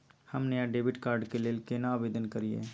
हम नया debit card के लेल केना आवेदन करियै?